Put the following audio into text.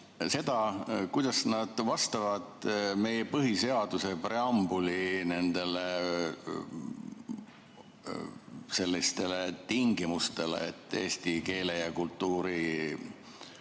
seda, kuidas need vastavad meie põhiseaduse preambuli nendele sellistele tingimustele, et [eesmärk on] eesti keele ja kultuuri